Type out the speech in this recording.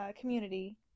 community